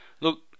Look